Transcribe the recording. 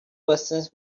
persons